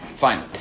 Fine